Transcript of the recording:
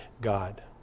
God